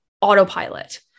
autopilot